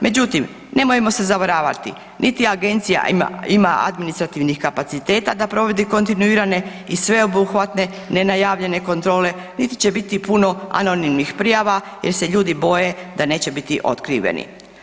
Međutim, nemojmo se zavaravati, niti agencija ima administrativnih kapaciteta da provodi kontinuirane i sveobuhvatne nenajavljene kontrole, niti će biti puno anonimnih prijava jer se ljudi boje da neće biti otkriveni.